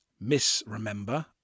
misremember